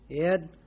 Ed